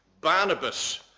Barnabas